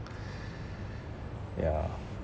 yeah